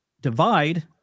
divide